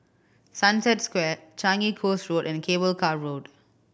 Sunset Square Changi Coast Road and Cable Car Road